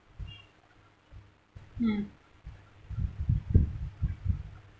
mm